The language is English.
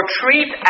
treat